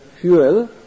fuel